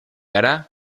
ara